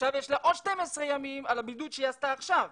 עכשיו יש לה עוד 12 ימים על הבידוד שהיא עשתה עכשיו,